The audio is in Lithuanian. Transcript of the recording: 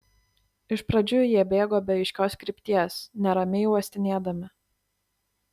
iš pradžių jie bėgo be aiškios krypties neramiai uostinėdami